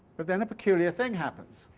but then a peculiar thing happens